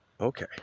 Okay